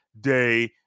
day